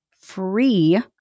free